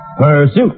Pursuit